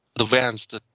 advanced